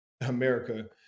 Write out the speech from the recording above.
America